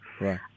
Right